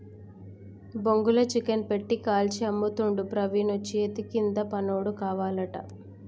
బొంగుల చికెన్ పెట్టి కాల్చి అమ్ముతుండు ప్రవీణు చేతికింద పనోడు కావాలట